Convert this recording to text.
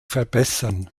verbessern